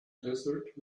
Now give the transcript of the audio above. desert